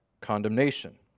condemnation